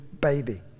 baby